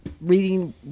reading